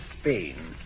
Spain